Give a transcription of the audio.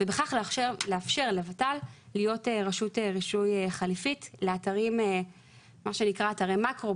ובכך לאפשר לות"ל להיות רשות רישוי חליפית לאתרים מה שנקרא אתרי מקרו,